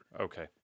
Okay